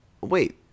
wait